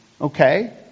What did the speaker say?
Okay